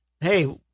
hey